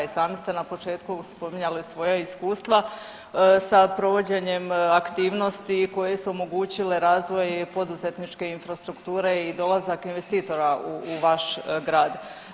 I sami ste na početku spominjali svoja iskustva sa provođenjem aktivnosti koje su omogućile razvoj poduzetničke infrastrukture i dolazak investitora u vaš grad.